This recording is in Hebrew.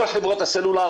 כל חברו תהסלולר,